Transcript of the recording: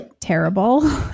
terrible